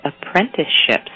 apprenticeships